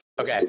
okay